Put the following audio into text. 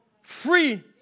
free